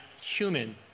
human